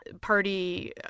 party